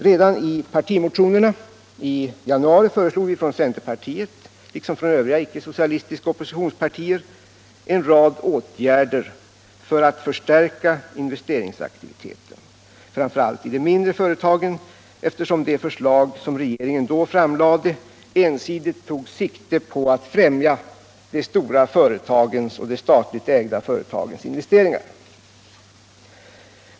Redan i partimotionen i januari föreslog centerpartiet, liksom övriga icke-socialistiska oppositionspartier, en rad åtgärder för att förstärka investeringsaktiviteten; framför allt i de mindre företagen, eftersom de förslag regeringen då framlade ensidigt tog sikte på att främja de stora företagens och de statligt ägda företagens investeringar.